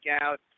out